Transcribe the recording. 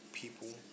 people